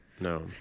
no